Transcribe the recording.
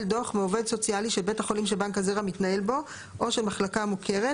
דוח מעובד סוציאלי של בית החולים שבנק הזרע מתנהל בו או של מחלקה המוכרת,